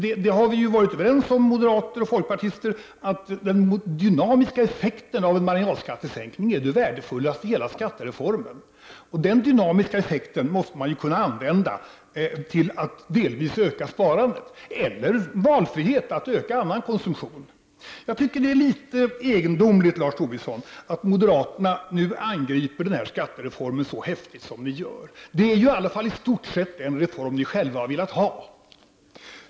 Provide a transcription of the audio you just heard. Moderater och folkpartister har va rit överens om att den dynamiska effekten av en marginalskattesänkning är det värdefullaste i hela skattereformen, och den dynamiska effekten måste kunna användas till att delvis öka sparandet eller att öka annan konsumtion. Det är litet egendomligt, Lars Tobisson, att ni moderater nu angriper skattereformen så häftigt som ni gör. Det är i alla fall i stort sett den reform ni själva har velat ha.